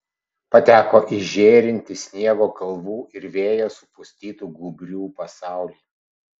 pateko į žėrintį sniego kalvų ir vėjo supustytų gūbrių pasaulį